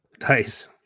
Nice